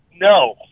No